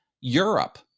Europe